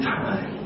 time